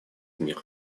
мир